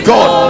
God